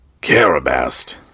Carabast